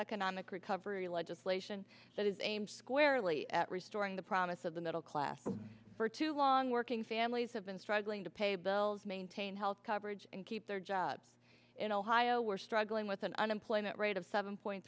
economic recovery legislation that is aimed squarely at restoring the promise of the middle class but for too long working families have been struggling to pay bills maintain health coverage and keep their jobs in ohio are struggling with an unemployment rate of seven point